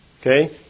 okay